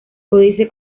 códice